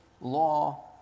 law